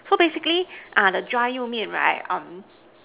so basically the dry you mean right